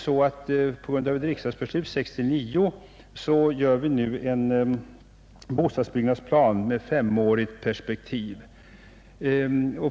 På grund av ett riksdagsbeslut 1969 görs nu upp en bostadsbyggnadsplan med femårigt perspektiv.